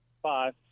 five